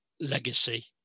legacy